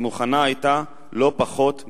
היא מוכנה היתה, לא פחות ממני".